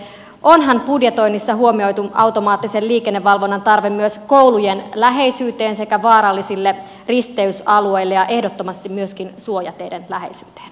onhan budjetoinnissa huomioitu automaattisen liikennevalvonnan tarve myös koulujen läheisyyteen sekä vaarallisille risteysalueille ja ehdottomasti myöskin suojateiden läheisyyteen